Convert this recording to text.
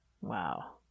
Wow